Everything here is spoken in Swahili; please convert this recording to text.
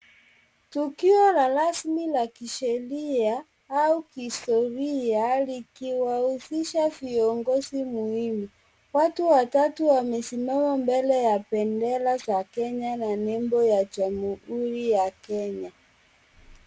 Tukio la lasmi la kishelia au kiistoria likiwausisha fiongosi muimu, watu watatu wamesimama mbele ya pendela za Kenya na nembo ya chamuuli ya kenya.